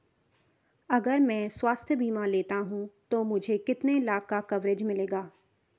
अगर मैं स्वास्थ्य बीमा लेता हूं तो मुझे कितने लाख का कवरेज मिलेगा?